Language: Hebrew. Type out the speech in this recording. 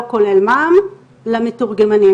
לא כולל מע"מ, למתורגמנים.